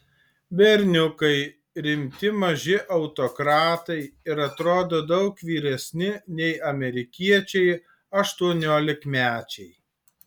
berniukai rimti maži autokratai ir atrodo daug vyresni nei amerikiečiai aštuoniolikmečiai